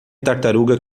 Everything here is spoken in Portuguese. tartaruga